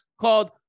called